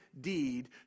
deed